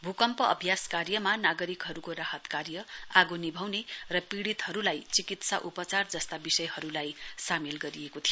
भूकम्प अभ्यास कार्यमा नागरिकहरुको राहत कार्य आगो निभाउने र पिढ़ीतहरुलाई चिकित्सा उपचार जस्ता विषयहरुलाई सामेल गरिएको थियो